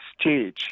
stage